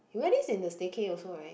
you wear this in the stay cay also right